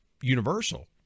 universal